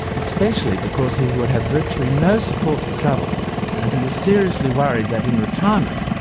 especially because he would have virtually no support for travel and he was seriously worried that, in retirement,